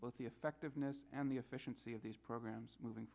both the effect of miss and the efficiency of these programs moving